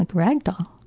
like rag doll.